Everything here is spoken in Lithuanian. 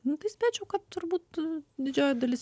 nu tai spėčiau kad turbūt didžioji dalis